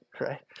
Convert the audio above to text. right